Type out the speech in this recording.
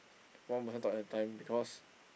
one person talk at a time because